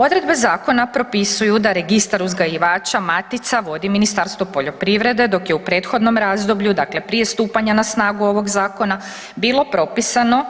Odredbe zakona propisuju da Registar uzgajivača matica vodi Ministarstvo poljoprivrede dok je u prethodnom razdoblju, dakle prije stupanja na snagu ovog zakona bilo propisano